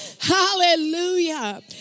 Hallelujah